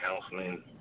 counseling